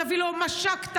תביא לו מש"ק ת"ש,